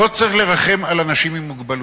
לא צריך לרחם על אנשים עם מוגבלויות,